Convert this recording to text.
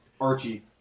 Archie